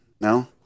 no